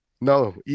No